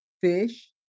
fish